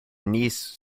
niece